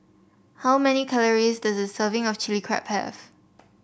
how many calories does a serving of Chili Crab have